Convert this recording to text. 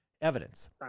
evidence